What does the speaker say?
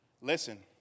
Listen